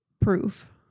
Proof